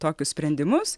tokius sprendimus